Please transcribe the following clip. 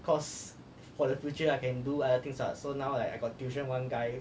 cause for the future I can do other things are so now like I got tuition one guy